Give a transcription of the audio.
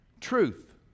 Truth